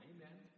Amen